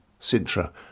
Sintra